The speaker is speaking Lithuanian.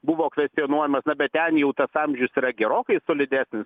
buvo kvestionuojamas na bet ten jau tas amžius yra gerokai solidesnis